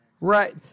Right